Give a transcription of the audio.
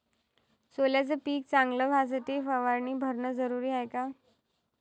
सोल्याचं पिक चांगलं व्हासाठी फवारणी भरनं जरुरी हाये का?